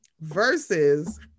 versus